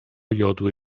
jodły